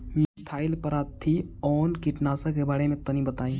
Methyl parathion कीटनाशक के बारे में तनि बताई?